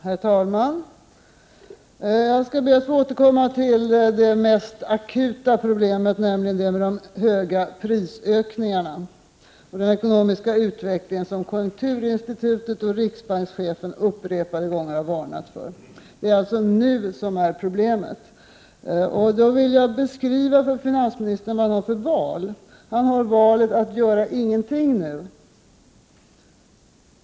Herr talman! Jag skall be att få återkomma till det mest akuta problemet, nämligen det med de höga prisökningarna och den ekonomiska utvecklingen, som konjunkturinstitutet och riksbankschefen upprepade gånger har varnat för. Det är alltså nu som är problemet. Jag vill beskriva för finansministern vad han har för val. Han kan välja att göra ingenting.